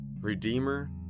Redeemer